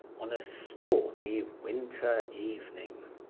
on a stormy winter evening.